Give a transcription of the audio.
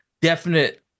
definite